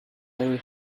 very